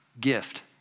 gift